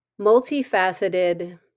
Multifaceted